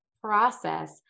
process